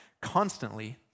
Constantly